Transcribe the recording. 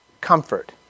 comfort